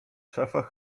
szafach